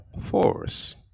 force